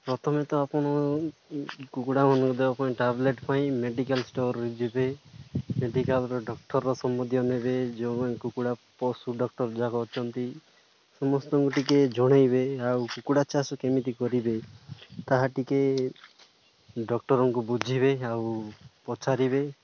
ପ୍ରଥମେ ତ ଆପଣ କୁକୁଡ଼ା ମାନଙ୍କୁ ଦେବା ପାଇଁ ଟବଲେଟ ପାଇଁ ମେଡ଼ିକାଲ ଷ୍ଟୋର୍ରେ ଯିବେ ମେଡ଼ିକାଲର ଡକ୍ଟରର ସମ୍ବନ୍ଧୀୟ ନେବେ ଯେଉଁମାନେ କୁକୁଡ଼ା ପଶୁ ଡକ୍ଟର ଯାକ ଅଛନ୍ତି ସମସ୍ତଙ୍କୁ ଟିକେ ଜଣାଇବେ ଆଉ କୁକୁଡ଼ା ଚାଷ କେମିତି କରିବେ ତାହା ଟିକେ ଡକ୍ଟରଙ୍କୁ ବୁଝିବେ ଆଉ ପଛାରିବେ